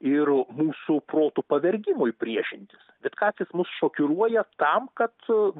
ir mūsų protų pavergimui priešintis vitkacis mus šokiruoja tam kad